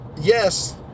yes